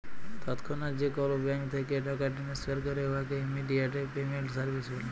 তৎক্ষণাৎ যে কল ব্যাংক থ্যাইকে টাকা টেনেসফার ক্যরে উয়াকে ইমেডিয়াতে পেমেল্ট সার্ভিস ব্যলে